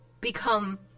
become